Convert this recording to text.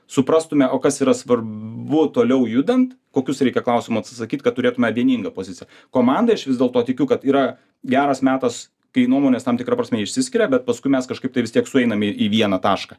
suprastume o kas yra svarbu toliau judant kokius reikia klausimų atsisakyt kad turėtume vieningą poziciją komandai aš vis dėlto tikiu kad yra geras metas kai nuomonės tam tikra prasme išsiskiria bet paskui mes kažkaip tai vis tiek sueinam į į vieną tašką